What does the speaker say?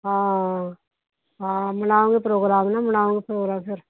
ਹਾ ਹਾਂ ਬਣਾਊਂਗੇ ਪ੍ਰੋਗਰਾਮ ਨਾ ਬਣਾਓ ਪ੍ਰੋਗਰਾਮ ਫਿਰ